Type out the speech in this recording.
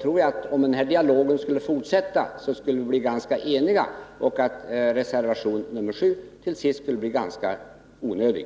tror jag att vi, om den här dialogen kunde fortsätta, skulle bli ganska eniga och att reservation nr 7 är rätt onödig.